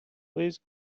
please